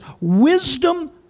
wisdom